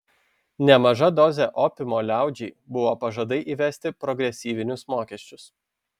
nemaža dozė opiumo liaudžiai buvo pažadai įvesti progresyvinius mokesčius